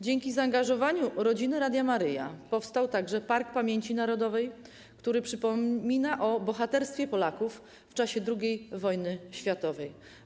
Dzięki zaangażowaniu rodziny Radia Maryja powstał także Park Pamięci Narodowej, który przypomina o bohaterstwie Polaków w czasie II wojny światowej.